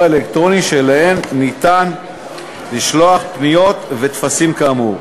האלקטרוני שאליהן ניתן לשלוח פניות וטפסים כאמור.